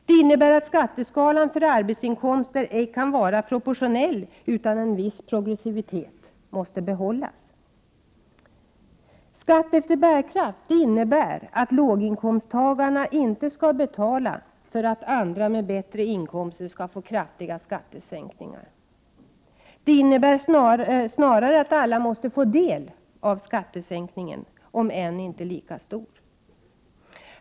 Det innebär att skatteskalan för arbetsinkomster ej kan vara proportionell, utan en viss progressivitet måste behållas. Skatt efter bärkraft innebär att låginkomsttagarna inte skall betala för att de som har bättre inkomster skall få kraftiga skattesänkningar. Det innebär snarare att alla måste få del av skattesänkningen, om än inte lika stor.